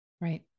Right